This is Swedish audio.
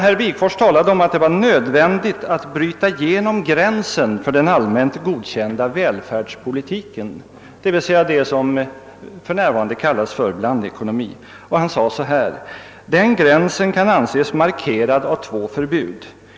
Herr Wigforss talade om att det var nödvändigt att bryta igenom gränsen för den allmänt godkända välfärdspolitiken, d.v.s. det som för närvarande kallas blandekonomi. Han skrev: »Den gränsen kan anses markerad av två förbud.